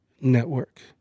network